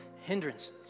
hindrances